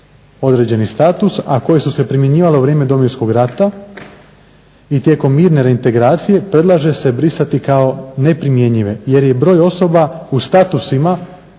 određeni status a koje su se primjenjivale u vrijeme Domovinskog rata i tijekom mirne reintegracije predlaže se brisati kao neprimjenjive jer je broj osoba u statusima prognanika,